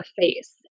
face